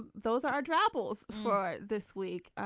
but those are our troubles for this week.